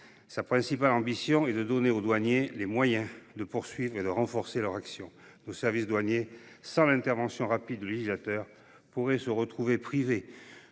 Sa principale ambition est de donner aux douaniers les moyens de poursuivre et de renforcer leur action. Nos services douaniers, sans l’intervention rapide du législateur, pouvaient se retrouver privés